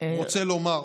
אני רוצה לומר,